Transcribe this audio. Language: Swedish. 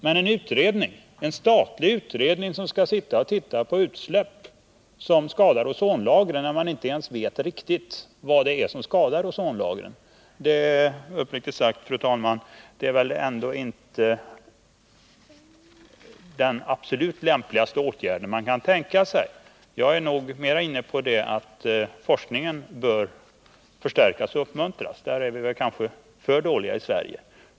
Men uppriktigt sagt, fru talman, den absolut lämpligaste åtgärd man kan tänka sig är väl ändå inte att tillsätta en statlig utredning, som skall sitta och titta på utsläpp som skadar ozonlagren — när man inte ens riktigt vet vad som skadar dem. Jag är mer inne på att forskningen bör förstärkas och uppmuntras. Där ligger vi kanske för dåligt till i Sverige.